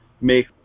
make